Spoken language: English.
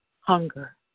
hunger